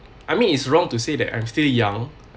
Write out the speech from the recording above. I mean it's wrong to say that I'm still young